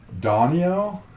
Donio